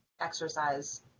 exercise